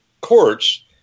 courts